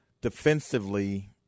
defensively